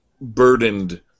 burdened